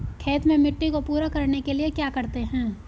खेत में मिट्टी को पूरा करने के लिए क्या करते हैं?